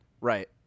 Right